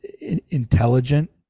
intelligent